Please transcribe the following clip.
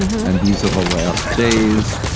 and these are the last days.